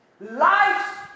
Life